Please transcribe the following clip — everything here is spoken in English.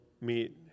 meet